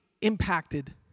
impacted